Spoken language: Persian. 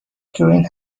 گرین